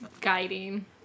Guiding